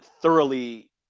thoroughly